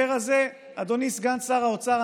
אדוני סגן שר האוצר,